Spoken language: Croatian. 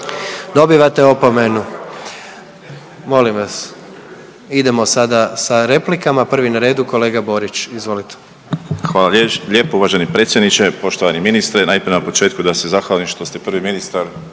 Dobivate opomenu, molim vas. Idemo sada sa replikama, prvi na redu je kolega Borić, izvolite. **Borić, Josip (HDZ)** Hvala lijepo uvaženi predsjedniče. Poštovani ministre, najprije na početku da se zahvalim što ste prvi ministar